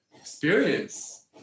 experience